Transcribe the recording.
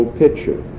picture